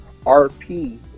RP